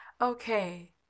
okay